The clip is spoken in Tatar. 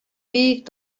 бик